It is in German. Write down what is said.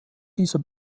dieser